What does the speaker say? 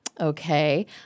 Okay